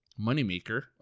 moneymaker